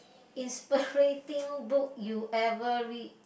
inspiriting book you ever read